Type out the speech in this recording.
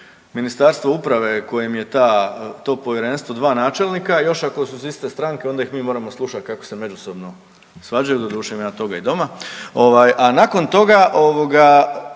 Ministarstvo uprave kojem je ta Povjerenstvo dva načelnika, još ako su iz iste stranke, onda ih mi moramo slušati kako se međusobno svađaju, doduše imam ja toga i doma ovaj, a nakon toga ovoga